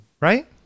right